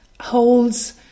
holds